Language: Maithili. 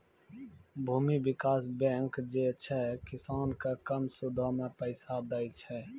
भूमि विकास बैंक जे छै, किसानो के कम सूदो पे पैसा दै छे